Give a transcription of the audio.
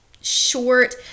short